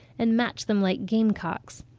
and match them like game-cocks.